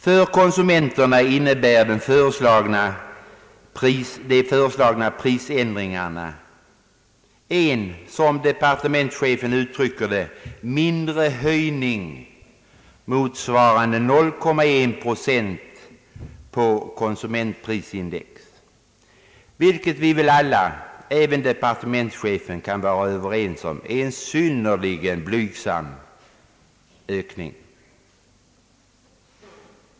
För konsumenterna innebär de föreslagna prisändringarna en — som departementschefen uttrycker det — mindre höjning, motsvarande 0,1 procent på konsumentprisindex, vilket väl alla, även departementschefen, kan vara överens om är en synnerligen blygsam ökning.